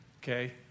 okay